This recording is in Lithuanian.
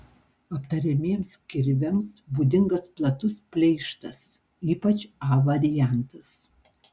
aptariamiems kirviams būdingas platus pleištas ypač a variantas